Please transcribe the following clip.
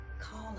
Call